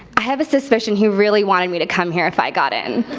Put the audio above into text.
i have a suspicious he really wanted me to come here if i got in.